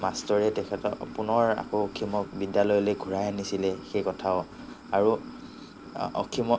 মাষ্টৰে তেখেতক পুনৰ আকৌ অসীমক বিদ্যালয়লৈ ঘূৰাই আনিছিলে সেই কথাও আৰু অসীমক